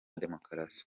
demokarasi